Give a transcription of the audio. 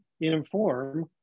inform